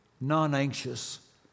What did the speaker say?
non-anxious